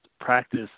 practice